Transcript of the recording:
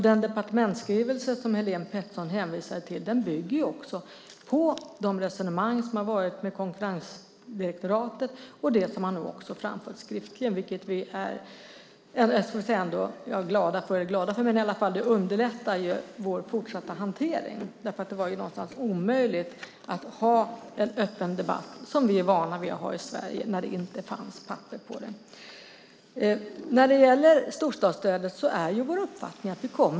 Den departementsskrivelse som Helene Petersson hänvisar till bygger på de resonemang som har förts med konkurrensdirektoratet. Man har nu också framfört det skriftligen, vilket vi kanske inte är direkt glada för, men det underlättar i alla fall vår fortsatta hantering. Någonstans var det ju omöjligt att föra en öppen debatt, som vi är vana vid att ha i Sverige, när det inte fanns papper. Vi kommer att försvara storstadsstödet. Det är vår uppfattning.